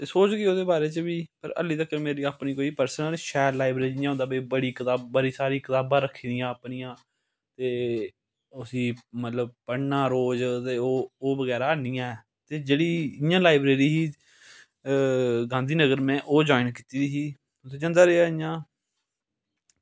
ते सोचगे ओह्दे बारै च बी पर ऐल्ली तगर मेरी कोई पर्सनल शैल लाईब्रेरी निं ऐ इंया होंदी कि बड़ी सारी कताबां रक्खी दियां अपनियां ते मतलब उसगी पढ़ना रोज़ बगैरा ओह् ऐनी ऐ ते जेह्ड़ी इंया लाईब्रेरी ही गांधीनगर में ओह् ज्वाईन कीती दी ही ते जंदा रेहा इंया